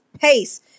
pace